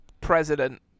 president